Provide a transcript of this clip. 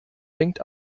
denkt